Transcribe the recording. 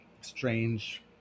strange